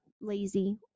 lazy